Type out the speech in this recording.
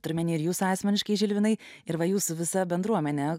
tame ir jūs asmeniškai žilvinai ir vajus visa bendruomene